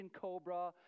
cobra